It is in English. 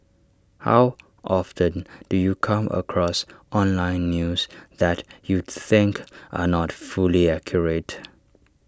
how often do you come across online news that you think are not fully accurate